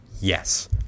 Yes